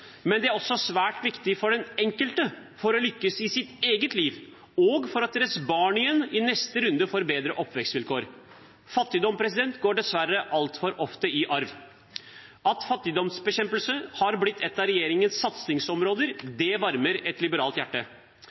men det er også svært viktig for den enkelte for å lykkes i sitt eget liv og for at deres barn igjen i neste runde får bedre oppvekstvilkår. Fattigdom går dessverre altfor ofte i arv. At fattigdomsbekjempelse har blitt ett av regjeringens satsingsområder, varmer et liberalt hjerte.